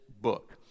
book